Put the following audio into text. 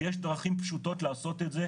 ויש דרכים פשוטות לעשות את זה,